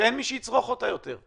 שאין מי שיצרוך אותה יותר,